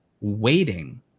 waiting